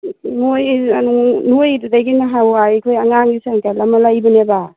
ꯅꯣꯏ ꯑꯗꯨꯗꯒꯤ ꯅꯍꯥꯟꯋꯥꯏ ꯑꯩꯈꯣꯏ ꯑꯉꯥꯡꯒꯤ ꯁꯥꯏꯀꯜ ꯑꯃ ꯂꯩꯕꯅꯦꯕ